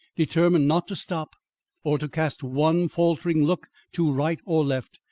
determined not to stop or to cast one faltering look to right or left,